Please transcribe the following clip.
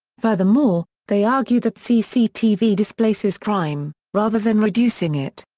furthermore, they argue that cctv displaces crime, rather than reducing it.